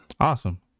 Awesome